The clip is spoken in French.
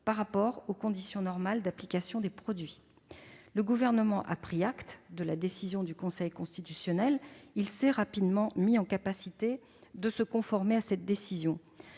par rapport aux conditions normales d'application des produits. Le Gouvernement a pris acte de la décision du Conseil constitutionnel et s'est rapidement mis en capacité de se conformer à cette décision.